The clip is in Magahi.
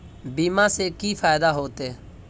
बीमा से की फायदा होते?